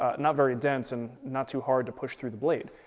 ah not very dense and not too hard to push through the blade,